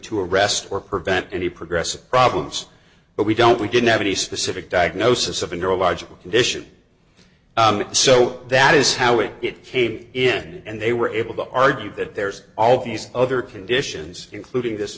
to arrest or prevent any progressive problems but we don't we didn't have any specific diagnosis of a neurological condition so that is how it it came in and they were able to argue that there's all these other conditions including this